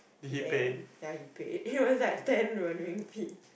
damn ya he paid it was like ten Renminbi